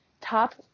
Top